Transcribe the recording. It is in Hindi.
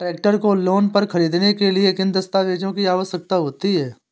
ट्रैक्टर को लोंन पर खरीदने के लिए किन दस्तावेज़ों की आवश्यकता होती है?